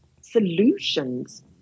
solutions